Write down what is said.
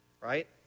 right